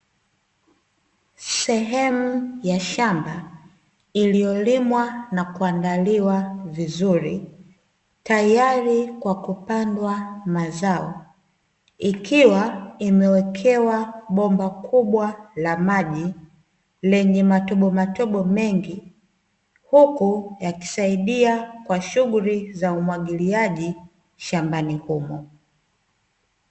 Sehemu ya shamba iliyolimwa na kuandaliwa vizuri tayari kwa kupandwa mazao, ikiwa imewekewa bomba kubwa la maji lenye matobomatobo mengi huku yakisaidia kwa shughuli za umwagiliaji shambani humo.